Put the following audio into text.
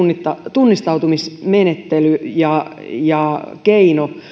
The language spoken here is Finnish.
tunnistautumismenettely ja ja keino